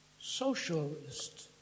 Socialist